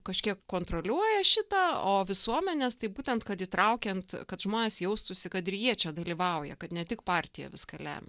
kažkiek kontroliuoja šitą o visuomenės tai būtent kad įtraukiant kad žmonės jaustųsi kad ir jie čia dalyvauja kad ne tik partija viską lemia